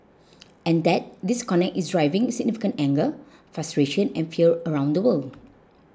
and that disconnect is driving significant anger frustration and fear around the world